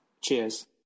Cheers